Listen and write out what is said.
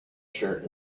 shirt